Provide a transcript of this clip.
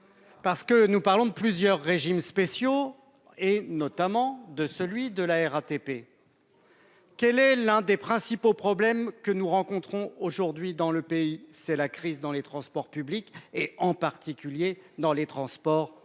aggraver ? Nous parlons de plusieurs régimes spéciaux, notamment de celui de la RATP. Quel est l'un des principaux problèmes que nous rencontrons aujourd'hui dans notre pays ? C'est la crise dans les transports publics, en particulier en Île-de-France.